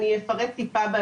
אני אפרט על זה בהמשך.